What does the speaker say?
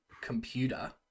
computer